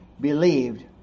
believed